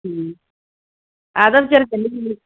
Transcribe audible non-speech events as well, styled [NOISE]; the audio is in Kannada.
ಹ್ಞೂ ಆದಷ್ಟು ಜಲ್ದಿ [UNINTELLIGIBLE]